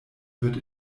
wird